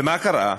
ומה קרה?